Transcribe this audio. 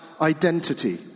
identity